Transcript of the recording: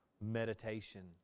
meditation